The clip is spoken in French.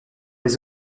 les